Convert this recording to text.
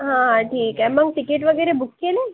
हां हां ठीक आहे मग तिकीट वगैरे बूक केलं आहे